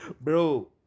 Bro